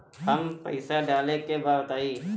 हमका पइसा डाले के बा बताई